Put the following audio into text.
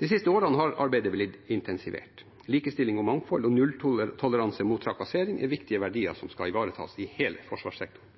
De siste årene har arbeidet blitt intensivert. Likestilling og mangfold og nulltoleranse mot trakassering er viktige verdier som skal ivaretas i hele forsvarssektoren.